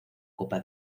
copa